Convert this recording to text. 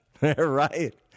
right